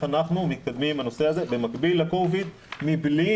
אנחנו מתקדמים עם הנושא הזה במקביל ל-covid מבלי